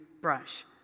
brush